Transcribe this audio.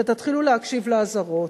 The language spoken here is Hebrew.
ותתחילו להקשיב לאזהרות.